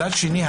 מצד שני,